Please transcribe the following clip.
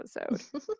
episode